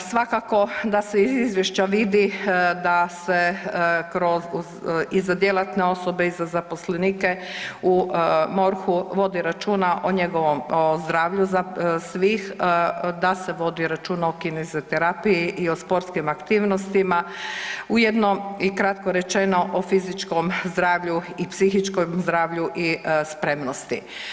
Svakako da se iz izvješća vidi da se kroz i za djelatne osobe i za zaposlenike u MORH-u vodi računa o njegovom zdravlju svih, da se vodi računa o kineziterapiji i o sportskim aktivnostima, ujedno i kratko rečeno o fizičkom zdravlju i psihičkom zdravlju i spremnosti.